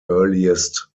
earliest